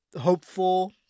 hopeful